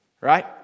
right